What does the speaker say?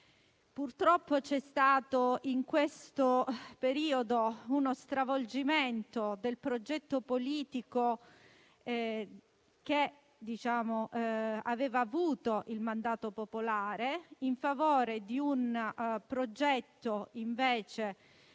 Purtroppo c'è stato in questo periodo uno stravolgimento del progetto politico che aveva avuto il mandato popolare in favore di un progetto ormai